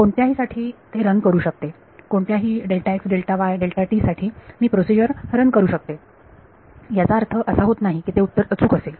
कोणत्याही साठी हे रन करू शकते कोणत्याही साठी मी प्रोसिजर रन करू शकते याचा अर्थ असा होत नाही की ते उत्तर अचूक असेल